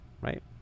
right